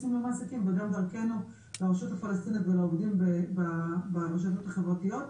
למעסיקים וגם דרכנו לרשות הפלסטינית ולעובדים ברשתות החברתיות.